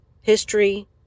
history